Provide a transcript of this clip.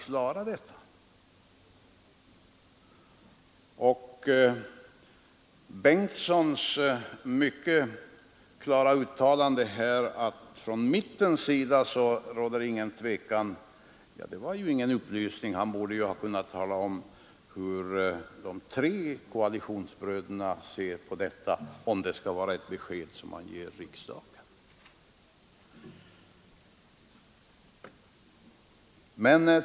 Herr förste vice talmannen Bengtsons klara uttalande om centerpartiets inställning utgjorde ingen upplysning. Om han skall ge riksdagen ett besked bör han tala om hur de tre koalitionsbröderna ser på denna fråga.